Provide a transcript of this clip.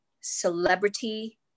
celebrity